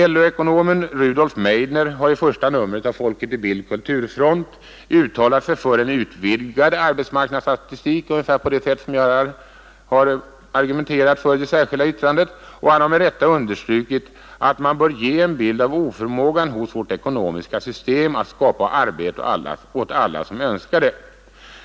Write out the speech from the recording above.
LO-ekonomen Rudolf Meidner har i första numret av Folket i Bild — Kulturfront uttalat sig för en utvidgad arbetsmarknadsstatistik ungefär på det sätt som jag har argumenterat för i det särskilda yttrandet. Och han har med rätta understrukit att man nu bör ge en bild av oförmågan hos vårt ekonomiska system att skapa arbete åt alla som önskar det.